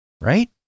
right